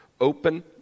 open